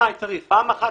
פעם אחת,